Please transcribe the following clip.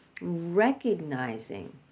recognizing